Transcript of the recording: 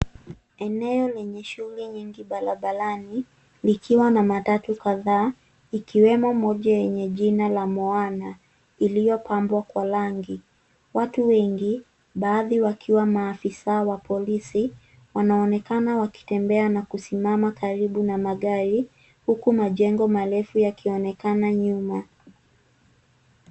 Eneo lenye shughuli nyingi barabarani, likiwa na matatu kadhaa ikiwemo moja yenye jina la moana iliyopambwa kwa rangi. Watu wengi baadhi wakiwa maafisa wa polisi wanaonekana wakitembea na kusimama karibu na magari huku majengo marefu yakionekana nyuma.